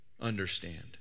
understand